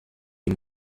est